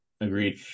Agreed